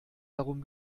darum